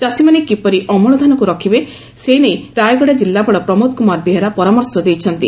ଚାଷୀମାନେ କିପରି ଅମଳ ଧାନକୁ ରଖିବେ ସେ ନେଇ ରାୟଗଡା ଜିଲ୍ଲାପାଳ ପ୍ରମୋଦ କୁମାର ବେହେରା ପରାମର୍ଶ ଦେଇଛନ୍ତି